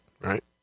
right